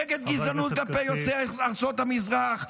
נגד גזענות כלפי ארצות המזרח,